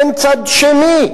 אין צד שני.